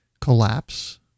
collapse